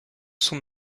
son